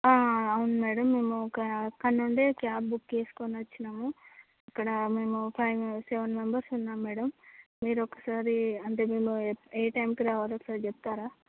ఆ అవును మ్యాడమ్ మేము ఒక అక్కడి నుండే ఒక క్యాబ్ బుక్ చేసుకుని వచ్చినాము ఇక్కడ మేము సెవెన్ మెంబెర్స్ ఉన్నాము మ్యాడమ్ మీరు ఒకసారి అంటే నేను ఏ టైమ్ కి రావాలో ఒకసారి చెప్తారా